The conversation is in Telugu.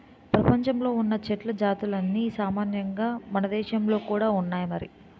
ప్రపంచంలో ఉన్న చెట్ల జాతులన్నీ సామాన్యంగా మనదేశంలో కూడా ఉన్నాయి మరి